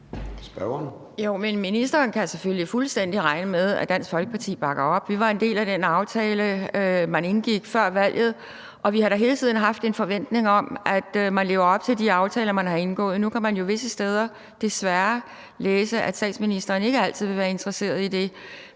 Ministeren kan selvfølgelig fuldstændig regne med, at Dansk Folkeparti bakker op. Vi var en del af den aftale, man indgik før valget, og vi har da hele tiden haft en forventning om, at man lever op til de aftaler, man har indgået. Nu kan man jo visse steder desværre læse, at statsministeren ikke altid vil være interesseret i det.